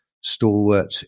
stalwart